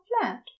flat